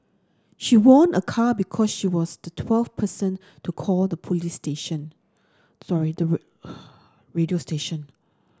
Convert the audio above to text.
she won a car because she was the twelfth person to call the police station sorry the word radio station